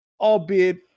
albeit